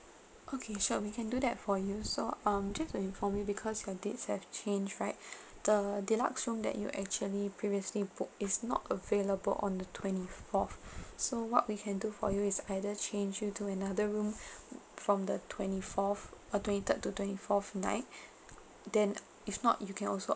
okay sure we can do that for you so um just to inform you because your dates have changed right the deluxe room that you actually previously booked is not available on the twenty fourth so what we can do for you is either change you to another room from the twenty fourth uh twenty third to twenty fourth night then if not you can also